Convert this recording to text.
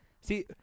See